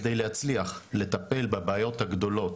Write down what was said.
כדי להצליח לטפל בבעיות הגדולות